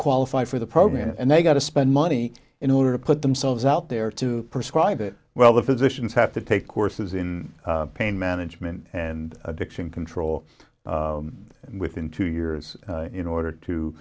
qualified for the program and they got to spend money in order to put themselves out there to prescribe it well the physicians have to take courses in pain management and addiction control and within two years in order to